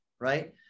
Right